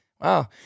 Wow